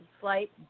slight